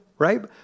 Right